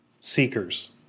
seekers